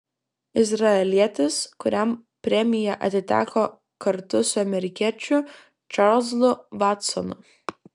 izraelietis kuriam premija atiteko kartu su amerikiečiu čarlzu vatsonu